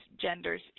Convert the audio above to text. genders